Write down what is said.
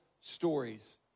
stories